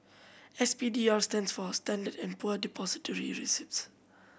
S P D R stands for Standard and Poor Depository Receipts